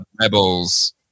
Rebels